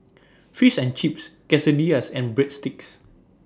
Fish and Chips Quesadillas and Breadsticks